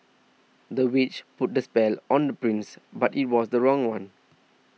the witch put a spell on the prince but it was the wrong one